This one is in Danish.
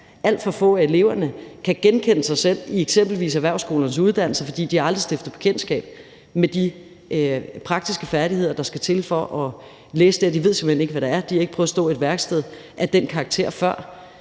Alt for få af eleverne kan genkende sig selv i eksempelvis erhvervsskolernes uddannelser, fordi de aldrig har stiftet bekendtskab med de praktiske færdigheder, der skal til for at læse der. De ved simpelt hen ikke, hvad det er. De har ikke prøvet at stå i et værksted af den karakter før.